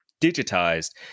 digitized